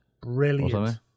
Brilliant